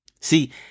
See